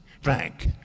Frank